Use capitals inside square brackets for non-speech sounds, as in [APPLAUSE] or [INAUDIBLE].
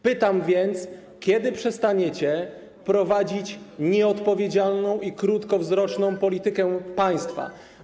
Pytam więc, kiedy przestaniecie prowadzić nieodpowiedzialną i krótkowzroczną [NOISE] politykę państwa.